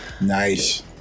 Nice